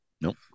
Nope